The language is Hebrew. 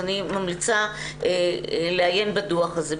אני ממליצה לעיין בדוח הזה.